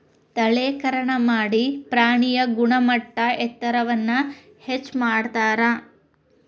ತಳೇಕರಣಾ ಮಾಡಿ ಪ್ರಾಣಿಯ ಗುಣಮಟ್ಟ ಎತ್ತರವನ್ನ ಹೆಚ್ಚ ಮಾಡತಾರ